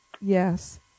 Yes